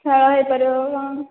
ଖେଳ ହେଇପାରିବ କ'ଣ